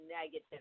negative